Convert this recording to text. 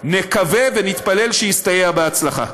נקווה ונתפלל שיסתייע בהצלחה.